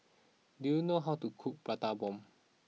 do you know how to cook Prata Bomb